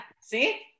see